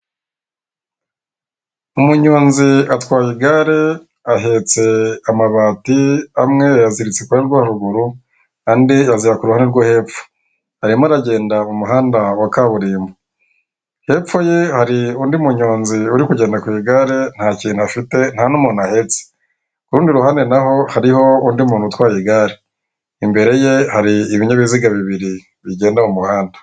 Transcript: Umunyonzi atwaye igare ahetse amabati, amwe yayaziritse ku ruhande rwo haruguru, andi aayazirika kuru ruhande rwo hepfo, arimo aragenda mu muhanda wa kaburimbo. Hepfo ye hari undi munyonzi uri kugenda ku igare nta kintu afite nta n'umuntu ahetse, kurundi ruhande naho hariho undi muntu utwaye igare imbere ye hari ibinyabiziga bibiri bigenda mumuhanda.